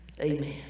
Amen